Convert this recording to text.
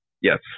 Yes